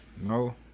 No